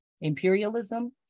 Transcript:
imperialism